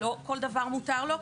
לא כל דבר מותר לו.